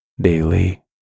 daily